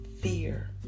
fear